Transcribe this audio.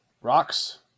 Rocks